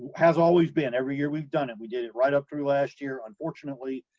has always been, every year we've done it, we did it right up through last year. unfortunately,